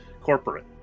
corporate